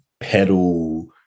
pedal